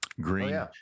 green